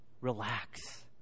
relax